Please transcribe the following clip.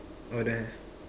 or there